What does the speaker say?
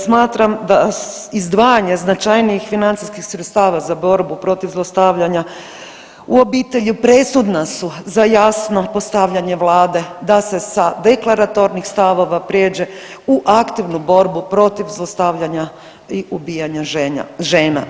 Smatram da izdvajanje značajnijih financijskih sredstava za borbu protiv zlostavljanja u obitelji presudna su za jasno postavljanje vlade da se sa deklaratornih stavova prijeđe u aktivnu borbu protiv zlostavljanja i ubijanja žena.